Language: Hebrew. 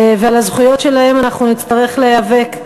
ועל הזכויות שלהם נצטרך להיאבק,